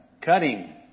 Cutting